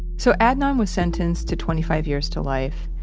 so, adnan was sentenced to twenty five years to life.